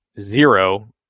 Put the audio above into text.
zero